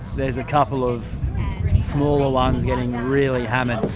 there's a couple of smaller ones getting really hammered.